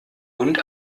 und